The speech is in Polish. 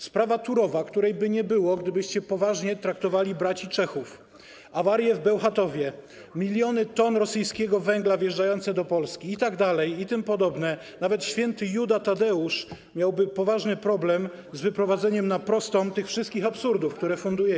Sprawa Turowa, której by nie było, gdybyście poważnie traktowali braci Czechów, awarie w Bełchatowie, miliony ton rosyjskiego węgla wjeżdżające do Polski itd., itp. Nawet św. Juda Tadeusz miałby poważny problem z wyprowadzeniem na prostą tych wszystkich absurdów, które fundujecie.